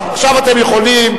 חבר הכנסת חסון, אני לא שואל אותך.